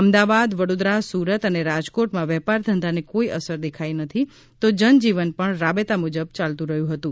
અમદાવાદ વડોદરા સુરત અને રાજકોટમાં વેપાર ધંધાને કોઈ અસર દેખાઈ નથી તો જનજીવન પણ રાબેતા મુજબ ચાલતું રહ્યું હતું